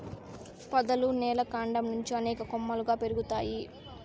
పొదలు నేల కాండం నుంచి అనేక కొమ్మలుగా పెరుగుతాయి